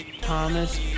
Thomas